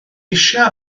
eisiau